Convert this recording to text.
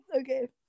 Okay